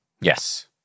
Yes